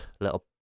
little